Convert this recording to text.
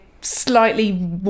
slightly